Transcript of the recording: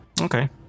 okay